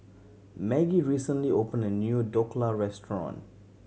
Maggie recently opened a new Dhokla Restaurant